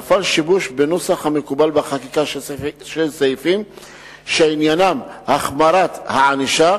נפל שיבוש בנוסח המקובל בחקיקה של סעיפים שעניינם החמרת הענישה,